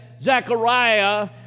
Zechariah